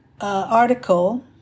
article